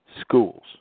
schools